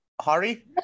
Hari